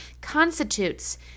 constitutes